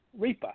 REPA